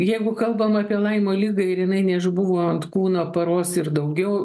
jeigu kalbam apie laimo ligą ir jinai neišbuvo ant kūno paros ir daugiau